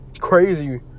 crazy